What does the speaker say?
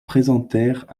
présentèrent